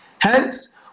Hence